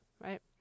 right